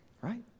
right